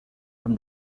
from